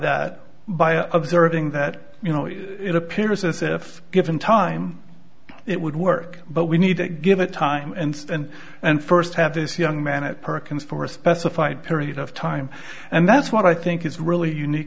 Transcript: that by a observing that you know it appears as if given time it would work but we need to give it time instant and first have this young man at perkins for a specified period of time and that's what i think is really unique